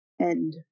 End